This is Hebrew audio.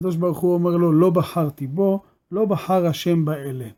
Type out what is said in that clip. חדש ברוך הוא אומר לו, לא בחרתי בו, לא בחר השם באלה.